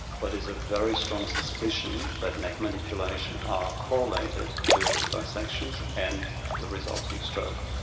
but it's a very strong suspicion that neck manipulations are correlated to dissections and the resulting stroke.